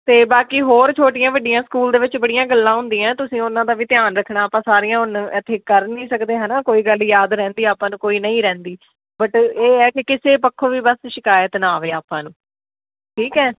ਅਤੇ ਬਾਕੀ ਹੋਰ ਛੋਟੀਆਂ ਵੱਡੀਆਂ ਸਕੂਲ ਦੇ ਵਿੱਚ ਬੜੀਆਂ ਗੱਲਾਂ ਹੁੰਦੀਆਂ ਤੁਸੀਂ ਉਹਨਾਂ ਦਾ ਵੀ ਧਿਆਨ ਰੱਖਣਾ ਆਪਾਂ ਸਾਰੀਆਂ ਹੁਣ ਇੱਥੇ ਕਰ ਨਹੀਂ ਸਕਦੇ ਹੈ ਨਾ ਕੋਈ ਗੱਲ ਯਾਦ ਰਹਿੰਦੀ ਆਪਾਂ ਨੂੰ ਕੋਈ ਨਹੀਂ ਰਹਿੰਦੀ ਬਟ ਇਹ ਹੈ ਕਿ ਕਿਸੇ ਪੱਖੋਂ ਵੀ ਬਸ ਸ਼ਿਕਾਇਤ ਨਾ ਆਵੇ ਆਪਾਂ ਨੂੰ